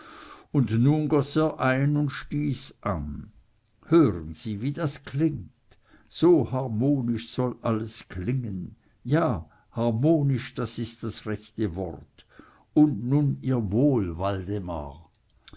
er ein und stieß an hören sie wie das klingt so harmonisch soll alles klingen ja harmonisch das ist das rechte wort und nun ihr wohl waldemar